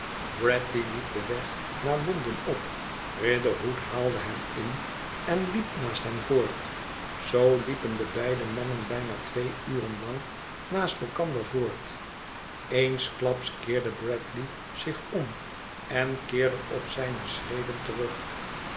bradley liep den weg naar londen op riderhood haalde hem in en liep naast hem voort zoo liepen de beide mannen bijna twee uren lang naast elkander voort eensklaps keerde bradley zich om en keerde op zijne schreden terug